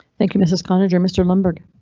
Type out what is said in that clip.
thank you mrs cloninger. mr. lundberg.